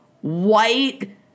white